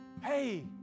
hey